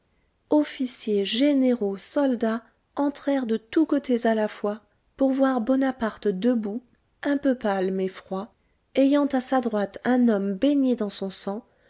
officiers généraux soldats entrèrent de tous côtés à la fois pour voir bonaparte debout un peu pâle mais froid ayant à sa droite un homme baigné dans son sang